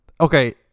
Okay